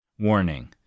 Warning